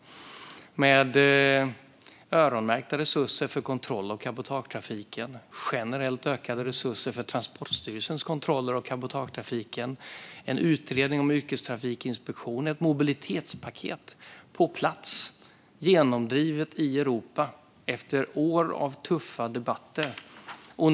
Det gäller öronmärkta resurser för kontroll av cabotagetrafiken, generellt ökade resurser för Transportstyrelsens kontroller av cabotagetrafiken och en utredning om yrkestrafikinspektion. Vi har vidare fått ett mobilitetspaket på plats, genomdrivet i Europa efter år av tuffa debatter.